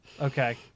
Okay